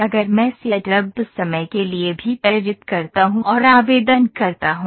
अगर मैं सेटअप समय के लिए भी प्रेरित करता हूं और आवेदन करता हूं